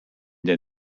der